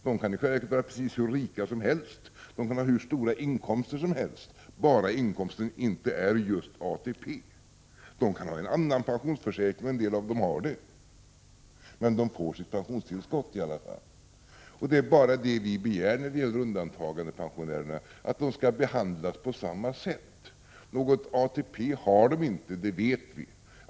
I själva verket kan de vara hur rika som helst. De kan således ha hur stora inkomster som helst, bara inkomsten inte utgörs av just ATP. De kan ha en annan pensionsförsäkring — en del av dem har också en sådan. Men de får sitt pensionstillskott i alla fall. Det enda vi begär när det gäller undantagandepensionärerna är att de skall behandlas på samma sätt som andra. Någon ATP har de inte. Det vet vi.